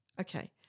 Okay